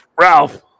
Ralph